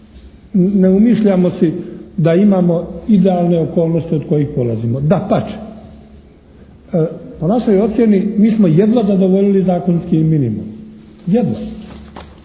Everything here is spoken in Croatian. ne umišljamo si da imamo idealne okolnosti od kojih polazimo. Dapače, po našoj ocjeni mi smo jedva zadovoljili zakonski minimum. Jedva.